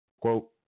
quote